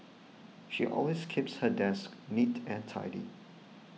she always keeps her desk neat and tidy